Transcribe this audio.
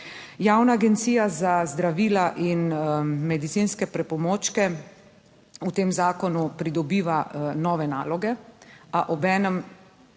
Javna agencija za zdravila in medicinske pripomočke v tem zakonu pridobiva nove naloge, a obenem